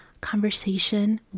conversation